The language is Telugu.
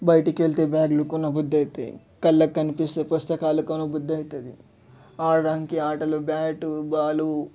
బయటికి వెళ్తే బ్యాగులు కొనబుద్ధి అవుతాయి కళ్ళకు కనిపిస్తే పుస్తకాలు కొన్న బుద్ధి అవుతుంది ఆడడానికి ఆటలు బ్యాట్ బాల్